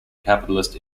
capitalist